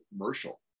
commercial